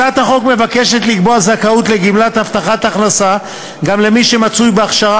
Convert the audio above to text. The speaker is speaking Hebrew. הצעת החוק מבקשת לקבוע זכאות לגמלת הבטחת הכנסה גם למי שמצוי בהכשרה